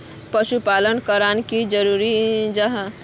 पशुपालन करना की जरूरी जाहा?